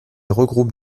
regroupe